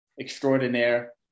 extraordinaire